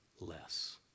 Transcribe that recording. less